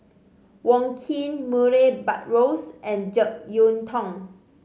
Wong Keen Murray Buttrose and Jek Yeun Thong